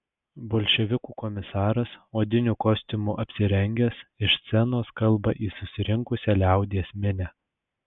bolševikų komisaras odiniu kostiumu apsirengęs iš scenos kalba į susirinkusią liaudies minią